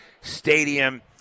Stadium